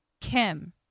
Kim